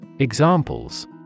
Examples